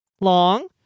Long